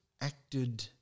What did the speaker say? acted